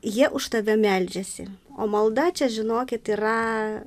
jie už tave meldžiasi o malda čia žinokit yra